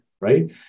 right